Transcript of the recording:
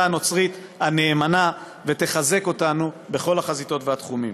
הנוצרית הנאמנה ויחזק אותנו בכל החזיתות והתחומים.